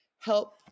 help